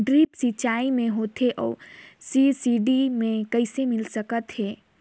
Drip सिंचाई कौन होथे अउ सब्सिडी मे कइसे मिल सकत हे?